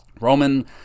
Roman